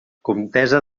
comtessa